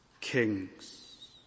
kings